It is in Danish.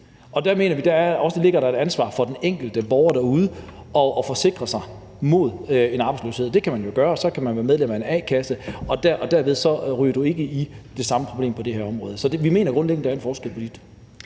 Og der mener vi også, at der ligger et ansvar hos den enkelte borger derude for at forsikre sig mod arbejdsløshed. Det kan man jo gøre ved at være medlem af en a-kasse. Derved ryger du ikke ud i det samme problem på det her område. Så vi mener grundlæggende, der er en forskel på de